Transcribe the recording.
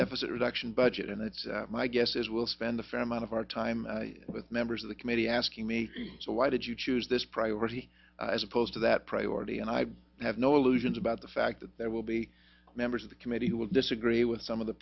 deficit reduction budget and it's my guess is we'll spend a fair amount of our time with members of the committee asking me why did you choose this priority as opposed to that priority and i have no illusions about the fact that there will be members of the committee who will disagree with some of the